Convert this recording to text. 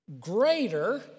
Greater